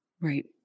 Right